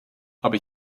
aber